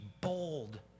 bold